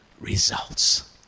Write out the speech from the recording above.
results